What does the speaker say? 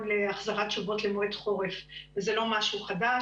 להחזרת תשובות למועד חורף וזה לא משהו חדש.